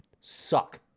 suck